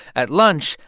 at lunch,